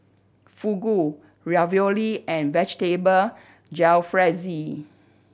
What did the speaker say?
Fugu Ravioli and Vegetable Jalfrezi